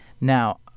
Now